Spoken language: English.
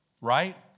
right